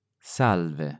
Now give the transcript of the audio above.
salve